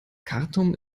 khartum